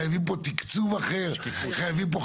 חייבים פה תקצוב אחר,